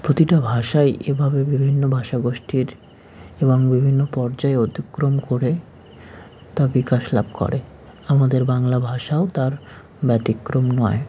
প্রতিটা ভাষাই এভাবে বিভিন্ন ভাষা গোষ্ঠীর এবং বিভিন্ন পর্যায় অতিক্রম করে তা বিকাশ লাভ করে আমাদের বাংলা ভাষাও তার ব্যতিক্রম নয়